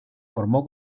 formó